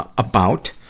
ah about,